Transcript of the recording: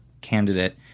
candidate